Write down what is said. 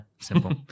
Simple